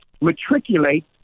matriculate